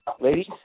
ladies